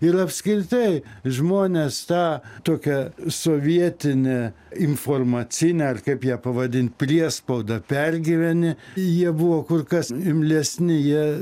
ir apskritai žmonės tą tokią sovietinę informacinę ar kaip ją pavadint priespaudą pergyveni jie buvo kur kas imlesni jie